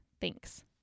Thanks